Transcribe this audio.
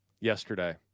yesterday